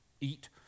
eat